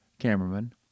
Cameraman